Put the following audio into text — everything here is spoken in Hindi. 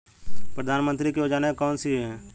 प्रधानमंत्री की योजनाएं कौन कौन सी हैं?